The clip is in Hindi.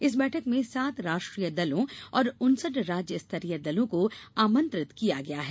इस बैठक में सात राष्ट्रीय दलों और उनसठ राज्य स्तरीय दलों को आमंत्रित किया गया है